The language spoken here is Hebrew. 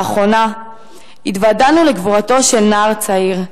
לאחרונה התוודענו לגבורתו של נער צעיר,